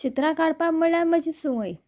चित्रां काडपाक म्हल्यार म्हजी सवंय